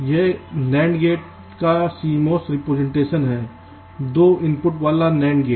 यह NAND gate का CMOS representation है 2 इनपुट वाला NAND गेट